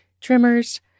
Trimmers